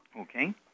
Okay